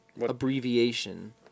abbreviation